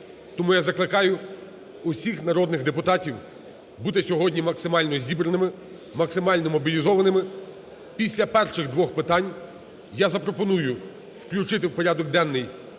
Тому я закликаю усіх народних депутатів бути сьогодні максимально зібраними, максимально мобілізованими. Після перших двох питань я запропоную включити в порядок денний